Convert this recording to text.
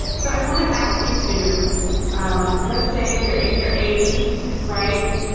so i want to ask you to um let's say you're in your eighty s, right.